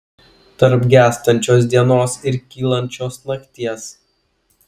tarp gęstančios dienos ir kylančios nakties